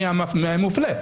מי המופלה,